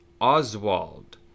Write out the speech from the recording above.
Oswald